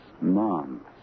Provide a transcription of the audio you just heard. months